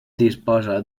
disposa